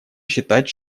считать